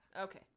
Okay